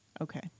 Okay